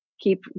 keep